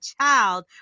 child